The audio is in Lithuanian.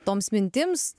toms mintims